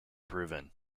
proven